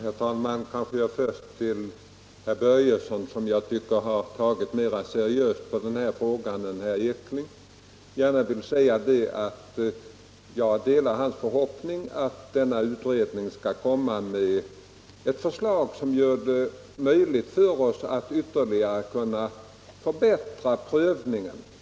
Herr talman! Jag vill gärna säga till herr Börjesson i Falköping, som jag tycker har tagit mera seriöst på frågan än herr Ekinge, att jag delar hans förhoppning att denna utredning skall komma med ett förslag som gör det möjligt för oss att ytterligare förbättra prövningen.